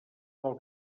del